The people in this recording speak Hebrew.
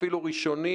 אפילו ראשוני,